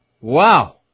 Wow